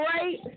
right